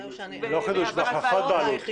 בהחלפת בעלות.